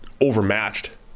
overmatched